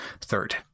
Third